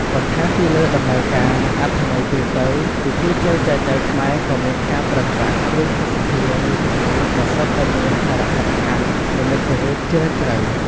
បន្ថែមពីលើដំណើរការ និងអត្ថន័យទូទៅ ពិធីចូលចែចូវខ្មែរក៏មានការប្រើប្រាស់ គ្រឿងភស្តុភារ មួយចំនួនដែលសុទ្ធតែមាន សារៈសំខាន់និមិត្តរូប ជ្រាលជ្រៅ។